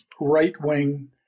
right-wing